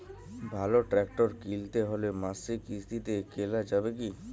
ভালো ট্রাক্টর কিনতে হলে মাসিক কিস্তিতে কেনা যাবে কি?